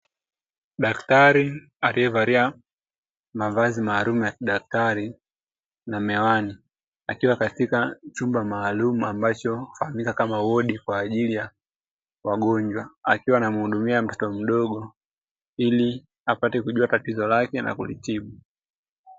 Daktari anayevalia mavazi maalum ya kidaktari na miwani akiwa katika chumba maalum, ambacho hufahamika kama wodi kwa ajili ya wagonjwa akiwa na mhudumia mtoto mdogo ili apate kujua tatizo lake na kulitibu.